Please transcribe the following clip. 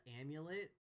amulet